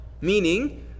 Meaning